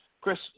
Chris